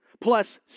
plus